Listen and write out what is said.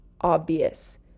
obvious